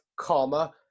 comma